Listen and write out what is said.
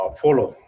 follow